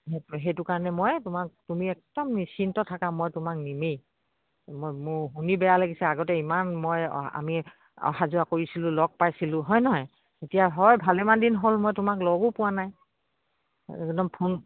সেইটো কাৰণে মই তোমাক তুমি একদম নিশ্চিন্ত থাকা মই তোমাক নিমেই মই মোৰ শুনি বেয়া লাগিছে আগতে ইমান মই আমি অহা যোৱা কৰিছিলোঁ লগ পাইছিলোঁ হয় নহয় এতিয়া হয় ভালেমান দিন হ'ল মই তোমাক লগো পোৱা নাই একদম ফোন